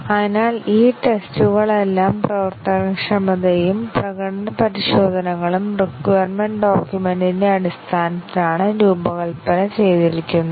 അതിനാൽ ഈ ടെസ്റ്റുകളെല്ലാം പ്രവർത്തനക്ഷമതയും പ്രകടന പരിശോധനകളും റിക്വയർമെന്റ് ഡോക്യുമെന്റിന്റെ അടിസ്ഥാനത്തിലാണ് രൂപകൽപ്പന ചെയ്തിരിക്കുന്നത്